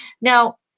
Now